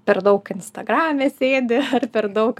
per daug instagrame sėdi ar per daug